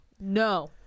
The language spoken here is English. No